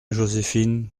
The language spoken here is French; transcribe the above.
joséphine